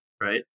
right